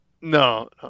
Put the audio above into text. no